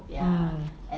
mmhmm